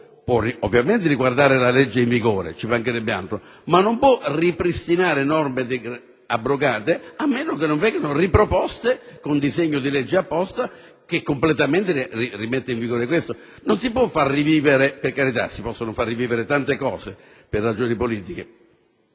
può ovviamente riguardare la legge in vigore - ci mancherebbe altro - ma non può ripristinare norme abrogate a meno che non siano riproposte con un disegno di legge apposito che ne permetta il rientro in vigore. Per carità, si possono far rivivere tante cose per ragioni politiche